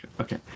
okay